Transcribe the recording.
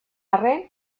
arren